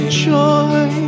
joy